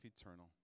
eternal